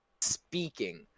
speaking